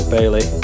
Bailey